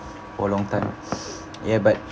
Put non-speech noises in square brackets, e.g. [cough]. for a long time [breath] ya but